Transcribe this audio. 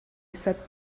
sat